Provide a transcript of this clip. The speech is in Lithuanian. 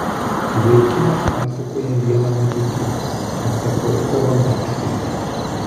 vaikinas pasakoja vieną nutikimą atsakau savamoksliui